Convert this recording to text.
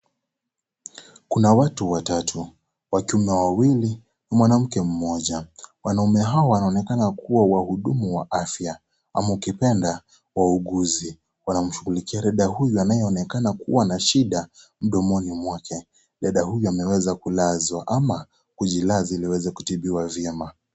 Kuna watu watatu, wakiume wawili , mwanamke mmoja, wanaume hawa wanaonekana kuwa wahudumu wa afya ama ukipenda wauguzi. Wanamshughulikia dada huyu ambaye anaonekana kuwa na shida mdomoni mwake , dada huyo ameweza kulazwa ama kujilaza ili kuweza kutibiwa vyema.